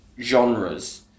genres